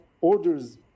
orders